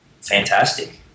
fantastic